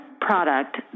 product